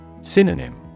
Synonym